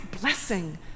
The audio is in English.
blessing